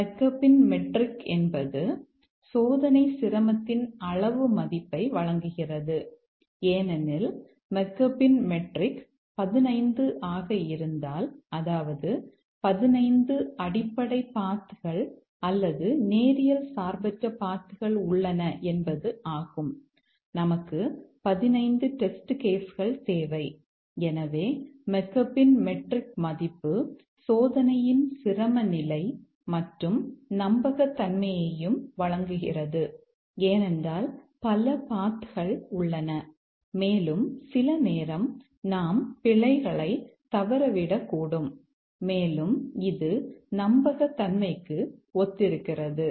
மெக்காபின் metric என்பது சோதனை சிரமத்தின் அளவு மதிப்பை வழங்குகிறது ஏனெனில் மெக்காபின் மெட்ரிக் 15 ஆக இருந்தால் அதாவது 15 அடிப்படை பாத் கள் உள்ளன மேலும் சில நேரம் நாம் பிழைகளை தவறவிடக்கூடும் மேலும் இது நம்பகத்தன்மைக்கு ஒத்திருக்கிறது